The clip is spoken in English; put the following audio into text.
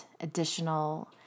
additional